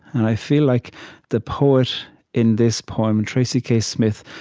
and i feel like the poet in this poem, tracy k. smith,